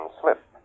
slip